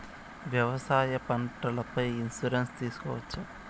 వ్యవసాయ పంటల పై ఇన్సూరెన్సు తీసుకోవచ్చా?